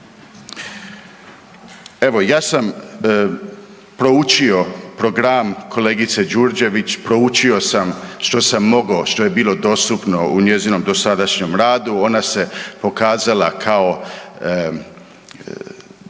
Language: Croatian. Evo ja sam proučio program kolegice Đurđević, proučio sam što sam mogao, što je bilo dostupno u njezinom dosadašnjem radu, ona se pokazala kao